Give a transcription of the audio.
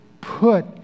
put